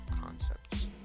concepts